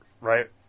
right